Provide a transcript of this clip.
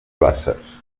basses